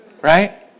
Right